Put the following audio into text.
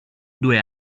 due